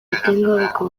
etengabeko